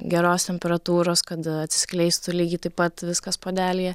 geros temperatūros kad atsiskleistų lygiai taip pat viskas puodelyje